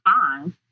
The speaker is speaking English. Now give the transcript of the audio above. fine